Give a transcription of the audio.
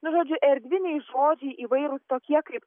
nu žodžiu erdviniai žodžiai įvairūs tokie kaip